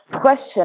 question